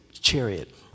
chariot